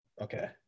Okay